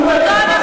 הוא, נגמר זמנו.